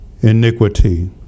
iniquity